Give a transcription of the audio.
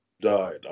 died